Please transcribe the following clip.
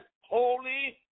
holy